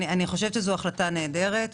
אני חושבת שזו החלטה נהדרת,